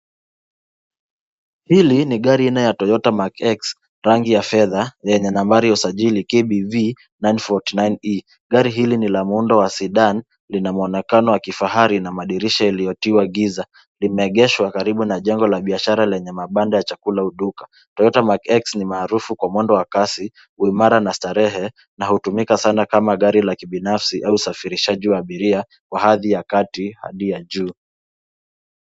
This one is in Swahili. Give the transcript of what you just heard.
"Hili ni gari aina ya Toyota(cs) Mark-X,(cs) rangi ya fedha, yenye nabari ya usajili KBV 949E. Gari hili ni la mwundo wa 'sedan', lina mwonekano wa kifahari na madirisha iliyotiwa giza. Limeegeshwa karibu na jengo la biashara lenye mabanda ya chakula uduka. Toyota(cs) Mark-X (cs)ni maarufu kwa mwendo wa kasi, uimara na starehe, na hutumika sana kama gari la kibinafsi au usafirishaji wa abiria wa adhi ya kati hadi ya juu."